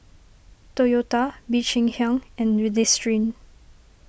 Toyota Bee Cheng Hiang and Listerine